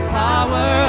power